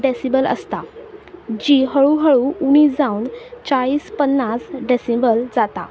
decibel आसता जी हळू हळू उणी जावन चाळीस पन्नास डेसिबल जाता